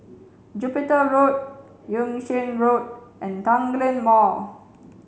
Jupiter Road Yung Sheng Road and Tanglin Mall